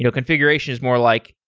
ah configuration is more like,